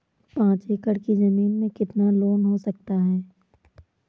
पाँच एकड़ की ज़मीन में कितना लोन हो सकता है?